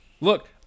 Look